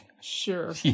sure